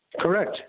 Correct